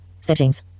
Settings